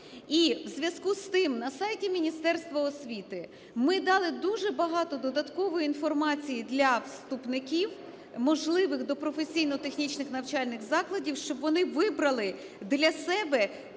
І у зв'язку з тим на сайті Міністерства освіти ми дали дуже багато додаткової інформації для вступників можливих до професійно-технічних навчальних закладів, щоб вони вибрали для себе